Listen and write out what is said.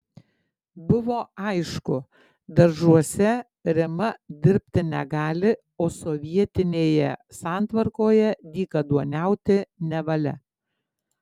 buvo aišku daržuose rima dirbti negali o sovietinėje santvarkoje dykaduoniauti nevalia